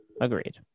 agreed